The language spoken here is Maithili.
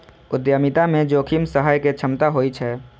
उद्यमिता मे जोखिम सहय के क्षमता होइ छै